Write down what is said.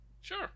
sure